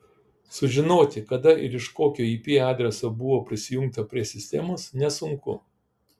sužinoti kada ir iš kokio ip adreso buvo prisijungta prie sistemos nesunku